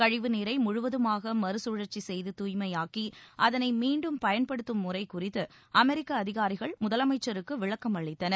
கழிவு நீரை முழுவதுமாக மறுசுழற்சி செய்து தூய்மையாக்கி அதனை மீண்டும் பயன்படுத்தும் முறை குறித்து அமெரிக்க அதிகாரிகள் முதலமைச்சருக்கு விளக்கம் அளித்தனர்